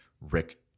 Rick